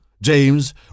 James